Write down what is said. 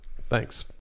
Thanks